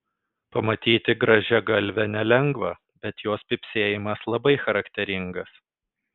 pamatyti grąžiagalvę nelengva bet jos pypsėjimas labai charakteringas